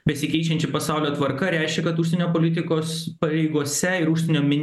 besikeičiančio pasaulio tvarka reiškia kad užsienio politikos pareigose ir užsienio mini